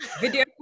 video